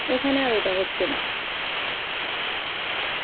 এখানে আর ওটা হচ্ছে না